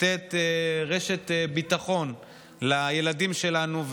לתת רשת ביטחון לילדים שלנו,